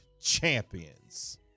champions